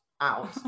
out